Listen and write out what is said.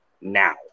now